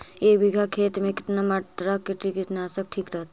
एक बीघा खेत में कितना मात्रा कीटनाशक के ठिक रहतय?